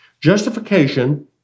Justification